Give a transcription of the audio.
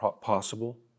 possible